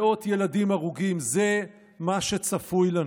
מאות ילדים הרוגים, זה מה שצפוי לנו.